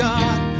God